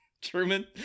Truman